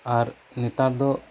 ᱟᱨ ᱱᱮᱛᱟᱨ ᱫᱚ